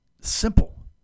Simple